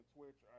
Twitch